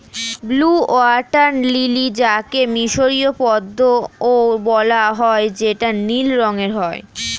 blue water lily যাকে মিসরীয় পদ্মও বলা হয় যেটা নীল রঙের হয়